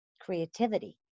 creativity